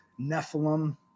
Nephilim